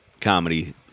comedy